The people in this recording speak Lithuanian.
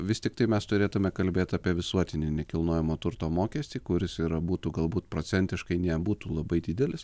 vis tiktai mes turėtume kalbėt apie visuotinį nekilnojamo turto mokestį kuris ir būtų galbūt procentiškai nebūtų labai didelis